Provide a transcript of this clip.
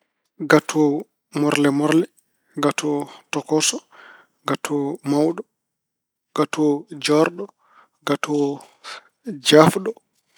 Gatoyon tokoson, gatoyon morle morle, gatoyon cafkon suukara, gato kosam, gato sokkola, gato ɓiɓɓe leɗɗe.